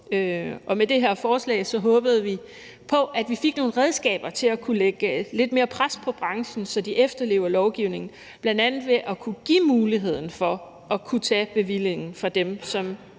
og med det her forslag håbede vi på, at vi fik nogle redskaber til at kunne lægge lidt mere pres på branchen, så de efterlevede lovgivningen, bl.a. ved at kunne give muligheden for at tage bevillingen fra dem, som